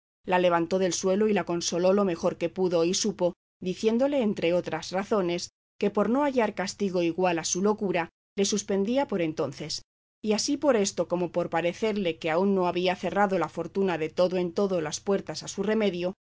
la levantó del suelo y la consoló lo mejor que pudo y supo diciéndole entre otras razones que por no hallar castigo igual a su locura le suspendía por entonces y así por esto como por parecerle que aún no había cerrado la fortuna de todo en todo las puertas a su remedio